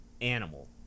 animal